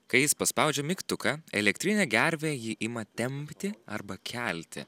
kai jis paspaudžia mygtuką elektrinė gervė jį ima tempti arba kelti